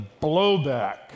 blowback